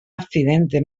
accidente